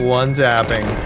one-tapping